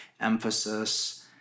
emphasis